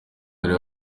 urebe